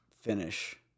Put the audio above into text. finish